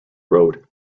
road